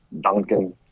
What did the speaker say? Duncan